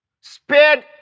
spared